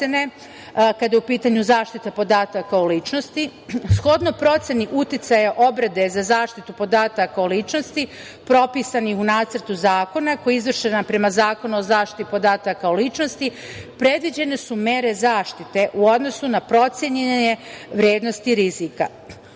kada je u pitanju zaštita podataka o ličnosti. Shodno proceni uticaja obrade za zaštitu podataka o ličnosti propisani u Nacrtu zakona koji je izvršen prema Zakonu o zaštiti podataka o ličnosti predviđene su mere zaštite u odnosu na procenjene vrednosti rizika. Ukupan